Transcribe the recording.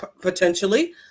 potentially